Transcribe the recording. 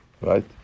Right